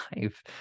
life